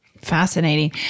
fascinating